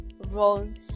wrong